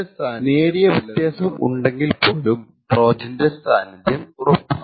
power പ്രൊഫൈലിൽ നിന്ന് നേരിയ വ്യത്യാസം ഉണ്ടെങ്കിൽ പോലും ട്രോജന്റെ സാന്നിധ്യം ഉറപ്പിക്കാം